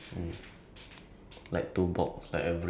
no that one oh that one that time that one that time